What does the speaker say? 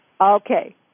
Okay